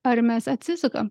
ar mes atsisukam